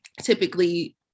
typically